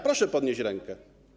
Proszę podnieść rękę.